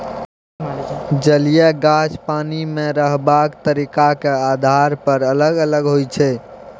जलीय गाछ पानि मे रहबाक तरीकाक आधार पर अलग अलग होइ छै